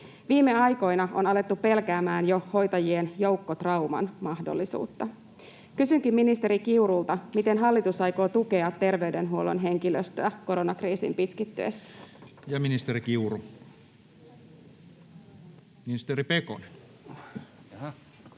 Viime aikoina on alettu pelkäämään jo hoitajien joukkotrauman mahdollisuutta. Kysynkin ministeri Kiurulta: miten hallitus aikoo tukea ter-veydenhuollon henkilöstöä koronakriisin pitkittyessä? [Speech 93] Speaker: Toinen